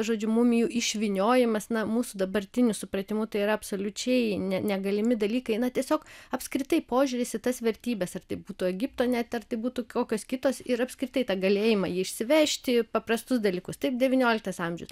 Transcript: žodžiu mumijų išvyniojimas na mūsų dabartiniu supratimu tai yra absoliučiai negalimi dalykai na tiesiog apskritai požiūris į tas vertybes ar tai būtų egipto net ar būtų kokios kitos ir apskritai tą galėjimą jį išsivežti paprastus dalykus taip devynioliktas amžius